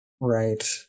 Right